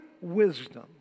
wisdom